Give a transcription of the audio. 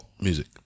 music